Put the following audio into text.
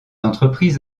entreprises